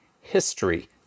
history